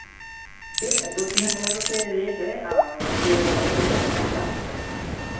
ठीक है तो तीन हज़ार रुपये रेट है उससे कम तो नहीं हो पाएगा